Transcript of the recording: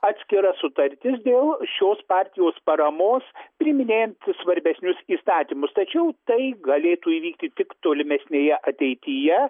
atskira sutartis dėl šios partijos paramos priiminėjant svarbesnius įstatymus tačiau tai galėtų įvykti tik tolimesnėje ateityje